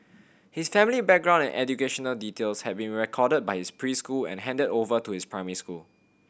his family background and educational details had been recorded by his preschool and handed over to his primary school